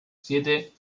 siete